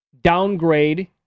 downgrade